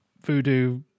voodoo